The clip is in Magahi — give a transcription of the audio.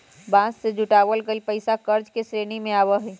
बांड से जुटावल गइल पैसा कर्ज के श्रेणी में आवा हई